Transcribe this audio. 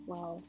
Wow